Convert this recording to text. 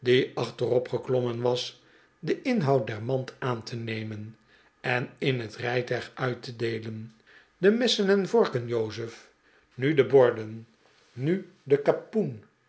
achterop geklommen was den inhoud der mand aan te nemen en in het rijtuig uit te deelen de messen en vorken jozef nu de borden nu de kapoen